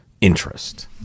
interest